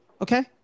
Okay